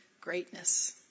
greatness